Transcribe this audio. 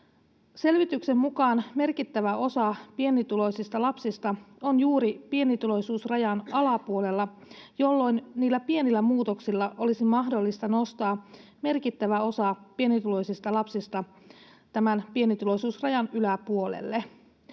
Selvityksen mukaan merkittävä osa pienituloisista lapsista on juuri pienituloisuusrajan alapuolella, jolloin niillä pienillä muutoksilla olisi mahdollista nostaa merkittävä osa pienituloisista lapsista tämän pienituloisuusrajan yläpuolelle.